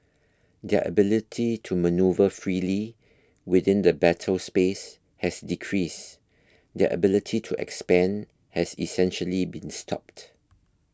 their ability to manoeuvre freely within the battle space has decreased their ability to expand has essentially been stopped